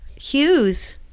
hues